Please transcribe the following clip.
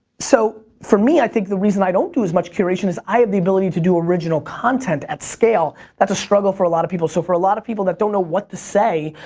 so for me i think the reason i don't do as much curation is i have the ability to do original content at scale. that's a struggle for a lot of people, so for a lot of people that don't know what to say,